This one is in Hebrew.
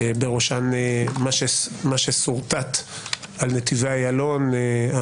בראשן מה ששורטט על נתיבי איילון,